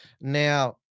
Now